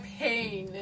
pain